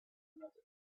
another